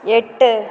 எட்டு